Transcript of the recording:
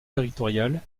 territoriale